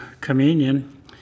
communion